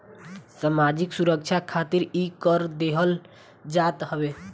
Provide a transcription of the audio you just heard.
सामाजिक सुरक्षा खातिर इ कर देहल जात हवे